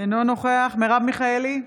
אינו נוכח מרב מיכאלי,